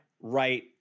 right